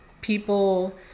people